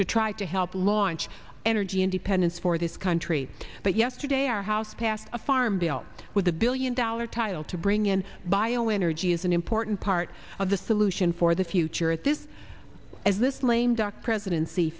to try to help launch energy independence for this country but yesterday our house passed a farm belt with a billion dollar title to bring in bio energy is an important part of the solution for the future at this as this lame duck presidency